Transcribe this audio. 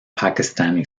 pakistani